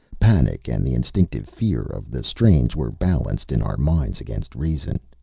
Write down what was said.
panic and the instinctive fear of the strange were balanced in our minds against reason.